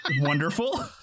Wonderful